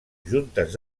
juntes